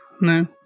No